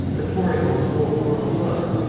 the poring over old-world books,